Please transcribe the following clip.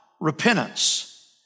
repentance